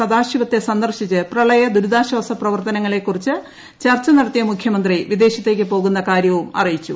സദാശിവത്തെ സന്ദർശിച്ച് പ്രളയ ദുരിതാശ്വാസ പ്രവർത്തനങ്ങളെക്കുറിച്ച് ചർച്ച നടത്തിയ മുഖ്യമന്ത്രി വിദേശത്തേക്ക് പോകുന്ന കാര്യവും അറിയിച്ചു